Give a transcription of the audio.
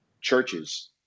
churches